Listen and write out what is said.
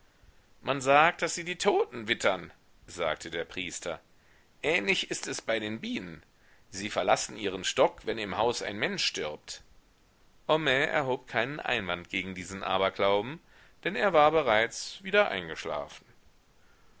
man sagt daß sie die toten wittern sagte der priester ähnlich ist es bei den bienen sie verlassen ihren stock wenn im haus ein mensch stirbt homais erhob keinen einwand gegen diesen aberglauben denn er war bereits wieder eingeschlafen